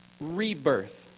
rebirth